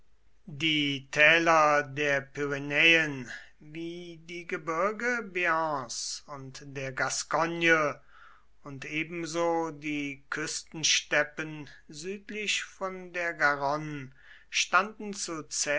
die täler der pyrenäen wie die gebirge bearns und der gascogne und ebenso die küstensteppen südlich von der garonne standen